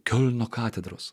kelno katedros